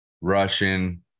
Russian